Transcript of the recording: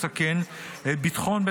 הצעת החוק הזו המונחת בפניכם,